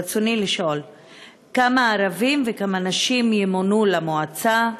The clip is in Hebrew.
רצוני לשאול: 1. כמה ערבים וכמה נשים ימונו למועצה?